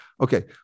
Okay